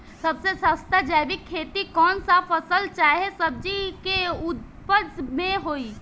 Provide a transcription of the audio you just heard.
सबसे सस्ता जैविक खेती कौन सा फसल चाहे सब्जी के उपज मे होई?